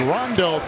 Rondo